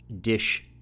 dish